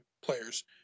players